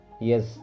Yes